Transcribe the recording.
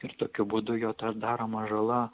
ir tokiu būdu jo ta daroma žala